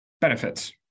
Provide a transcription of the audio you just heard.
benefits